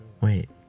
Wait